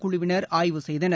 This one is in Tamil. குழுவினர் ஆய்வு செய்தனர்